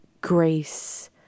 grace